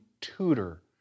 tutor